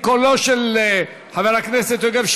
ועם קולו של חבר הכנסת יוגב,